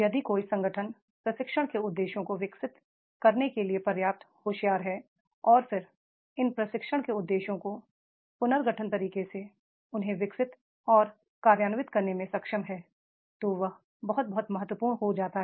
यदि कोई संगठन प्रशिक्षण के उद्देश्यों को विकसित करने के लिए पर्याप्त होशियार है और फिर इन प्रशिक्षण के उद्देश्यों को पुनर्गठन तरीके से उन्हें विकसित और कार्यान्वित करने में सक्षम हैं तो वह बहुत बहुत महत्वपूर्ण हो जाता है